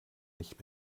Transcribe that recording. nicht